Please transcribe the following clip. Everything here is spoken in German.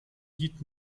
lied